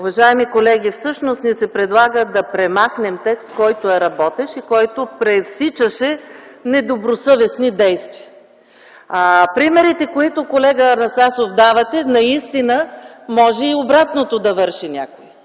Уважаеми колеги, всъщност ни се предлага да премахнем текст, който е работещ и който пресичаше недобросъвестни действия. Колега Анастасов, примерите, които давате - наистина може и обратното да върши някой.